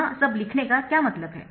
यह सब लिखने का क्या मतलब है